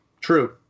true